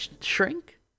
shrink